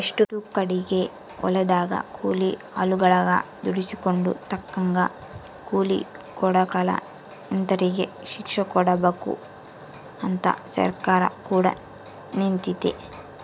ಎಷ್ಟೊ ಕಡಿಗೆ ಹೊಲದಗ ಕೂಲಿ ಆಳುಗಳಗೆ ದುಡಿಸಿಕೊಂಡು ತಕ್ಕಂಗ ಕೂಲಿ ಕೊಡಕಲ ಇಂತರಿಗೆ ಶಿಕ್ಷೆಕೊಡಬಕು ಅಂತ ಸರ್ಕಾರ ಕೂಡ ನಿಂತಿತೆ